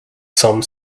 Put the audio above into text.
some